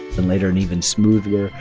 and later, an even smoother,